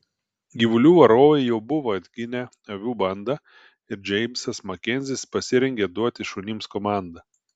gyvulių varovai jau buvo atginę avių bandą ir džeimsas makenzis pasirengė duoti šunims komandą